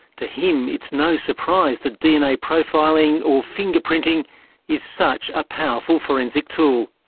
to him it's no surprise that dna profiling or fingerprinting is such a powerful forensic tool.